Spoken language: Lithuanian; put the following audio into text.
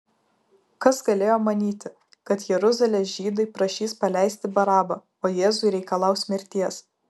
kas galėjo manyti kad jeruzalės žydai prašys paleisti barabą o jėzui reikalaus mirties